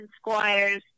Squires